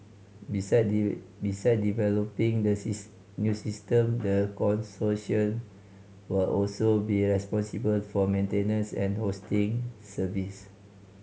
beside beside developing the new system the consortium will also be responsible for maintenance and hosting service